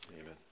Amen